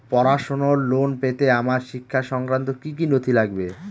পড়াশুনোর লোন পেতে আমার শিক্ষা সংক্রান্ত কি কি নথি লাগবে?